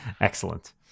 Excellent